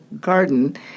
Garden